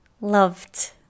loved